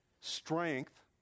strength